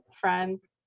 Friends